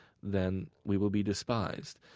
then we will be despised.